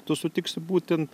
tu sutiksi būtent